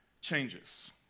changes